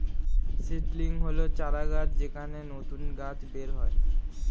seedlings হল চারাগাছ যেখান থেকে নতুন গাছ বের হয়